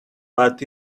but